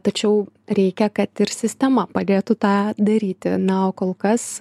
tačiau reikia kad ir sistema padėtų tą daryti na o kol kas